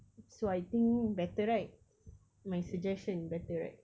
so I think better right my suggest better right